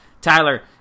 Tyler